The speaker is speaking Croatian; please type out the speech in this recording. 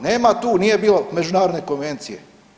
Nema tu, nije bilo međunarodne konvencije.